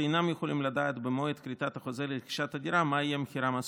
שאינם יכולים לדעת במועד כריתת החוזה לרכישת הדירה מה יהיה מחירן הסופי.